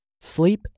Sleep